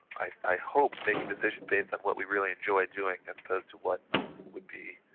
i hope, making decisions based on what we really enjoy doing, as opposed to what would be,